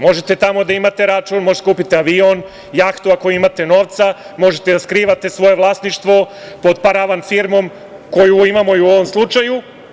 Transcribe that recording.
Možete tamo da imate račun, možete da kupite avion, jahtu ako imate novca, možete da skrivate svoje vlasništvo pod paravan firmom koju imamo u ovom slučaju.